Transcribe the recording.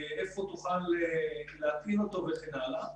איפה תוכל להטעין אותו וכן הלאה.